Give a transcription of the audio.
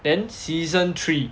then season three